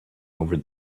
over